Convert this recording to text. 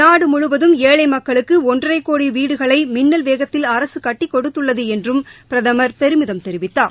நாடு முழுவதும் ஏழை மக்களுக்கு ஒன்றரை கோடி வீடுகளை மின்னல் வேகத்தில் அரசு கட்டிக் கொடுத்துள்ளது என்றும் பிரதமர் பெருமிதம் தெரிவித்தார்